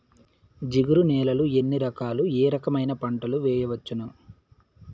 జిగురు నేలలు ఎన్ని రకాలు ఏ రకమైన పంటలు వేయవచ్చును?